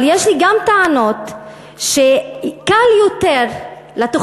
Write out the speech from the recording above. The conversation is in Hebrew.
אבל יש לי גם טענות שקל יותר לתוכניות